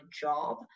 job